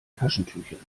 taschentüchern